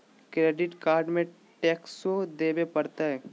Credit card में टेक्सो देवे परते?